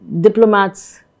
diplomats